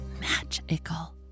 magical